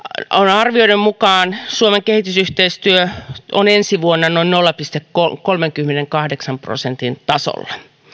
arvioiden mukaan suomen kehitysyhteistyö on ensi vuonna noin nolla pilkku kolmenkymmenenkahdeksan prosentin tasolla